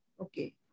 Okay